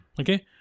okay